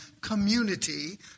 community